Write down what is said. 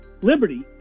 Liberty